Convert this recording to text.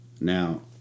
Now